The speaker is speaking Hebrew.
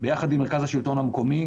ביחד עם מרכז שלטון מקומי